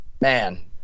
man